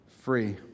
free